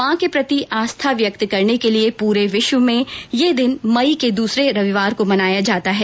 माँ के प्रति अपनी आस्था व्यक्त करने के लिए पूरे विश्व में ये दिन मई के दूसरे रविवार को मनाया जाता है